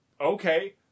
okay